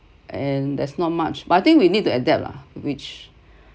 and there's not much but I think we need to adapt lah which